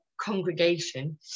congregation